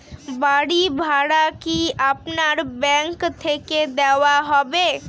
বাড়ী ভাড়া কি আপনার ব্যাঙ্ক থেকে দেওয়া যাবে?